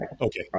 Okay